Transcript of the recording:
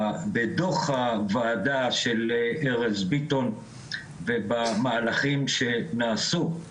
בדוח הוועדה של ארז ביטון ובמהלכים שנעשו,